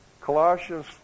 Colossians